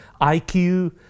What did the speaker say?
IQ